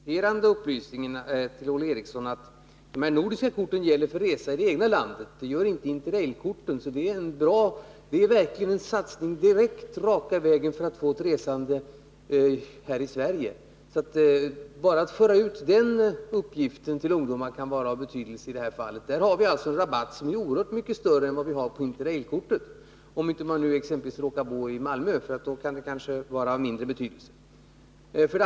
Herr talman! Jag vill bara lämna den kompletterande upplysningen till Olle Eriksson att de nordiska korten gäller för resa i det egna landet. Det gör inte Inter-Rail-korten. Därför innebär de nordiska korten en verklig satsning för att direkt få ett resande här i Sverige. Om vi bara för ut den uppgiften till ungdomarna, kan det ha betydelse i detta fall. Man får genom dessa nordiska kort en rabatt som är oerhört mycket större än den som Inter-Rail-korten ger - om man inte exempelvis råkar bo i Malmö. Då kan skillnaden vara av mindre betydelse.